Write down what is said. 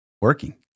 working